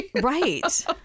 right